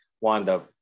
Wanda